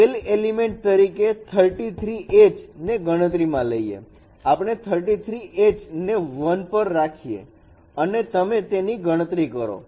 તો હવે scale element તરીકે 33 h ને ગણતરીમાં લઇએ આપણે 33 h ને 1 પર રાખીએ અને તમે તેની ગણતરી કરો